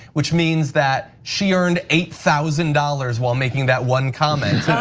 which means that she earned eight thousand dollars while making that one comment.